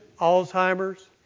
Alzheimer's